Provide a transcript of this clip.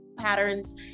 patterns